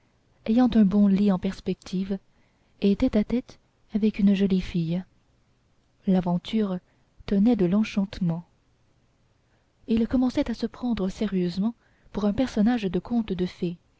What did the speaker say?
ayant un bon lit en perspective et tête à tête avec une jolie fille l'aventure tenait de l'enchantement il commençait à se prendre sérieusement pour un personnage de conte de fées